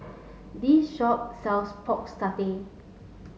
this shop sells pork satay